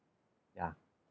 ya